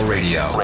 Radio